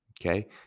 Okay